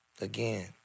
again